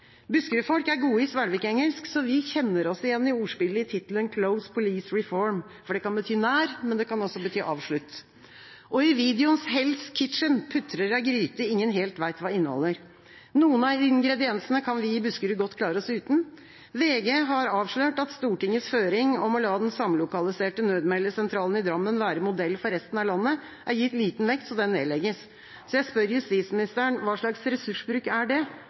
Buskerud-folk er gode i «Svelvik-engelsk», så vi kjenner oss igjen i ordspillet i tittelen «Close Police Reform», for det kan bety «nær», men det kan også bety «avslutt». I videoens «Hell’s Kitchen» putrer ei gryte ingen helt vet hva inneholder. Noen av ingrediensene kan vi i Buskerud godt klare oss uten. VG har avslørt at Stortingets føring om å la den samlokaliserte nødmeldesentralen i Drammen være modell for resten av landet, er gitt liten vekt, så den nedlegges. Jeg spør justisministeren: Hva slags ressursbruk er det?